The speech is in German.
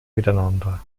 miteinander